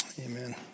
Amen